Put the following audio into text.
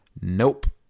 nope